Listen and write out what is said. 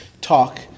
talk